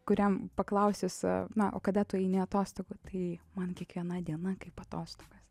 kuriam paklausius na o kada tu eini atostogų tai man kiekviena diena kaip atostogas